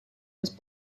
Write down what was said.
was